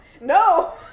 No